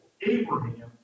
Abraham